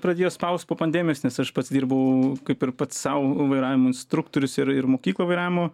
pradėjo spaust po pandemijos nes aš pats dirbau kaip ir pats sau vairavimo instruktorius ir ir mokyklą vairavimo